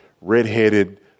red-headed